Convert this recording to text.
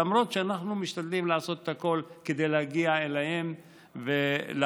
למרות שאנחנו משתדלים לעשות הכול כדי להגיע אליהם ולאפשר